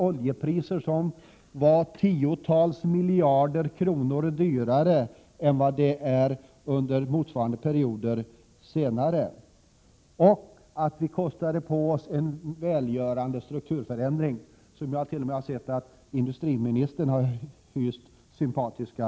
Oljan var tiotals miljarder kronor dyrare då än den har varit under motsvarande perioder senare och att vi kostade på oss en välgörande strukturförändring — en förändring som jag har sett att t.o.m. industriministern hyser sympati för.